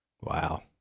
Wow